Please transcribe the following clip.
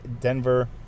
Denver